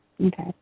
Okay